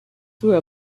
through